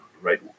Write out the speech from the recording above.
right